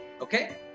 okay